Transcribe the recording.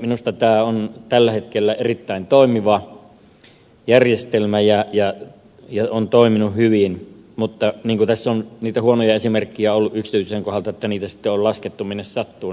minusta tämä on tällä hetkellä erittäin toimiva järjestelmä ja on toiminut hyvin mutta kun tässä on ollut huonoja esimerkkejä yksityisten kohdalla että niitä jätevesiä on laskettu minne sattuu